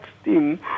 steam